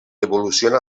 evoluciona